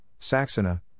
Saxena